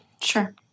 Sure